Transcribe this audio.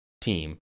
team